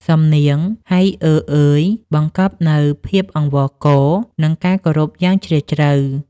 សំនៀង "ហៃអើ... អើយ" បង្កប់នូវភាពអង្វរករ និងការគោរពយ៉ាងជ្រាលជ្រៅ។